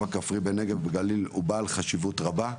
הכפרי בנגב ובגליל הוא בעל חשיבות רבה.